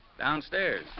Downstairs